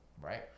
right